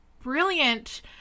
brilliant